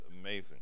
amazing